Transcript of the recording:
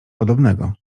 podobnego